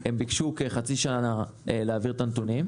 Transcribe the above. ביקשו חצי שנה להעביר את הנתונים,